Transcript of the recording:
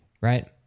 Right